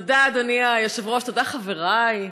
תודה, אדוני היושב-ראש, תודה חברי,